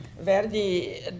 Verdi